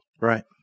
Right